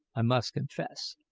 i must confess,